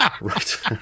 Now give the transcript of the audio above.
right